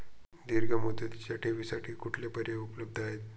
दीर्घ मुदतीच्या ठेवींसाठी कुठले पर्याय उपलब्ध आहेत?